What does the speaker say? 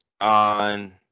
on